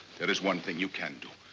there is one thing you can do.